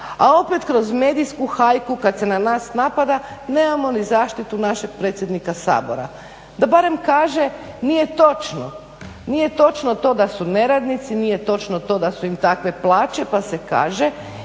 A opet kroz medijsku hajku kad se na nas napada nemamo ni zaštitu našeg predsjednika Sabora da barem kaže nije točno, nije točno to da su neradnici, nije točno to da su im takve plaće. Pa se kaže